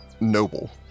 noble